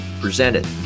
presented